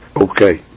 Okay